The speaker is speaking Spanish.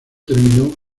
terminó